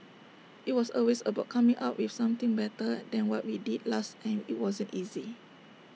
IT was always about coming up with something better than what we did last and IT wasn't easy